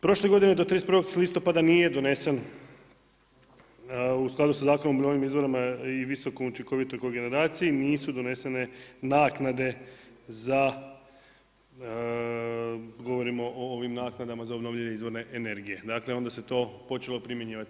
Prošle godine do 31. listopada nije donesen u skladu sa Zakonom o novim izvorima i visoko učinkovitoj kogeneraciji nisu donesene naknade za govorimo o ovim naknadama za obnovljive izvore energije, dakle onda se to počelo primjenjivati.